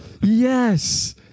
Yes